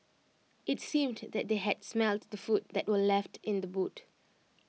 IT seemed that they had smelt the food that were left in the boot